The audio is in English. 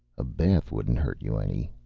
a bath wouldn't hurt you any.